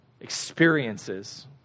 experiences